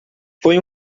foi